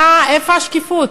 איפה השקיפות?